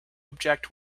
object